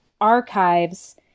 archives